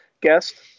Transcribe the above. guest